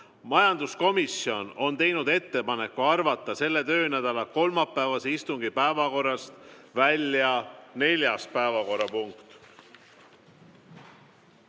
majanduskomisjon on teinud ettepaneku arvata selle töönädala kolmapäevase istungi päevakorrast välja neljas päevakorrapunkt,